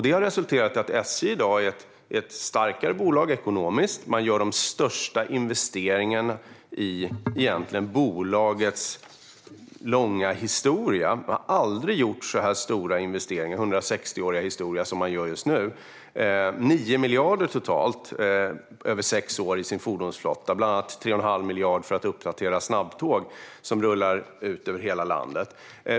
Det har resulterat i att SJ i dag är ett starkare bolag ekonomiskt. Man gör de största investeringarna i bolagets långa historia. Man har aldrig gjort så här stora investeringar i sin 160-åriga historia som man gör just nu. Man investerar totalt 9 miljarder över sex år i sin fordonsflotta, varav 3 1⁄2 miljard för att uppdatera snabbtåg som rullar ut över hela landet.